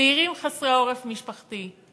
צעירים חסרי עורף משפחתי.